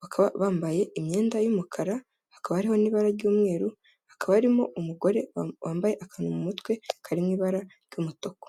bakaba bambaye imyenda y'umukara, hakaba hariho n'ibara ry'umweru, hakaba harimo umugore wambaye akantu mu mutwe karimo ibara ry'umutuku.